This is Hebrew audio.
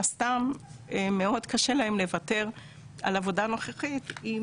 הסתם מאוד קשה להם לוותר על עבודה נוכחית אם